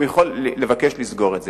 הוא יכול לבקש לסגור את זה.